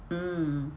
mm